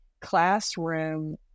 classroom